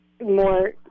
more